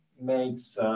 makes